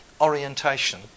orientation